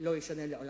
לא יישנה לעולם.